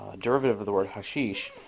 ah derivative of the word hashish.